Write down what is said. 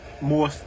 more